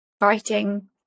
writing